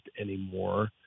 anymore